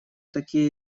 такие